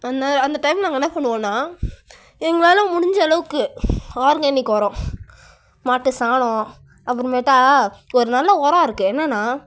வந்து அந்த டைமில் என்ன பண்ணுவோம்னால் எங்களால் முடிஞ்ச அளவுக்கு ஆர்கானிக் உரம் மாட்டு சாணம் அப்புறமேட்டா ஒரு நல்ல உரம் இருக்குது என்னென்னா